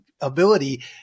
ability